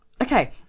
okay